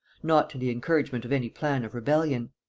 not to the encouragement of any plan of rebellion.